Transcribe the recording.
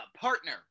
partner